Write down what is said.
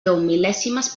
deumil·lèsimes